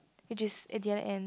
which is at the other end